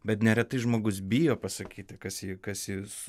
bet neretai žmogus bijo pasakyti kas jį kas jis